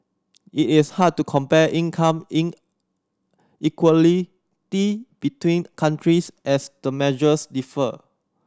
it is hard to compare income inequality between countries as the measures differ